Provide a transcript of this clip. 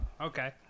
okay